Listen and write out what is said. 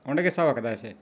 ᱚᱸᱰᱮ ᱜᱮ ᱥᱟᱵ ᱟᱠᱟᱫᱟᱭ ᱥᱮ